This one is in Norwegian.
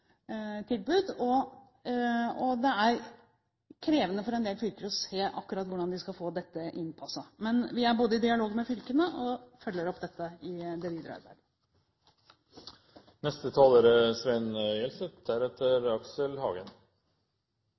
tilbud, og det er krevende for en del fylker å se akkurat hvordan de skal få dette innpasset. Vi er både i dialog med fylkene og følger opp dette i det videre